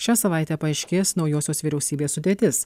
šią savaitę paaiškės naujosios vyriausybės sudėtis